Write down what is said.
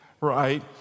right